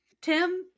Tim